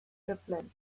gyflym